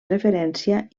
referència